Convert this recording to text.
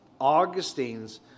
Augustine's